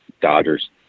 Dodgers